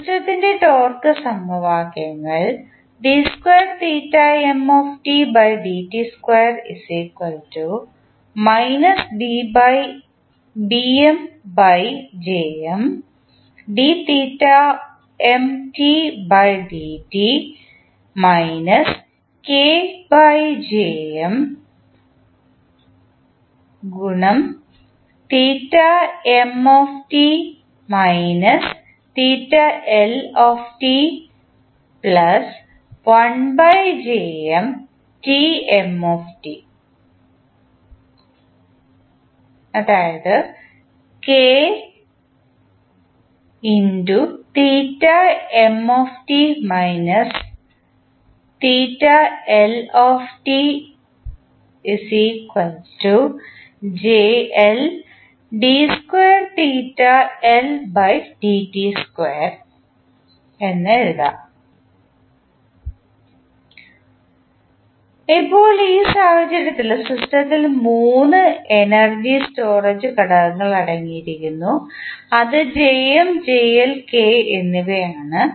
സിസ്റ്റത്തിൻറെ ടോർക്ക് സമവാക്യങ്ങൾ ഇപ്പോൾ ഈ സാഹചര്യത്തിൽ സിസ്റ്റത്തിൽ 3 എനർജി സ്റ്റോറേജ് ഘടകങ്ങൾ അടങ്ങിയിരിക്കുന്നു അത് K എന്നിവയാണ്